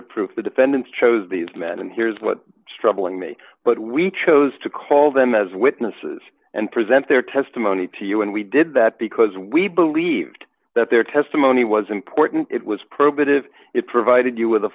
of proof the defendants chose these men and here's what struggling me but we chose to call them as witnesses and present their testimony to you and we did that because we believed that their testimony was important it was probative it provided you with